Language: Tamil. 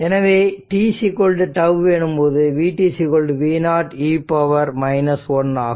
எனவே t τ எனும்போது vτ v0 e 1 ஆகும்